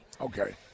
Okay